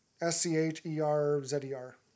S-C-H-E-R-Z-E-R